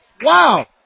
Wow